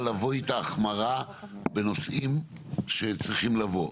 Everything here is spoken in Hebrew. לבוא איתה החמרה בנושאים שצריכים לבוא,